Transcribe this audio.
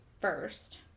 first